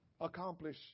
accomplish